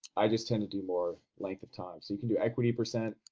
i just tend to do more length of time. so you can do equity percent.